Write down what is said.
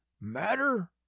matter